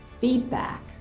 feedback